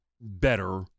better